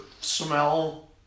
smell